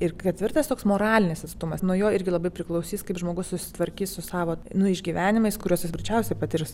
ir ketvirtas toks moralinis atstumas nuo jo irgi labai priklausys kaip žmogus susitvarkys su savo išgyvenimais kuriuos jis greičiausiai patirs